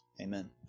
Amen